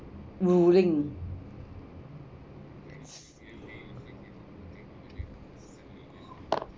ruling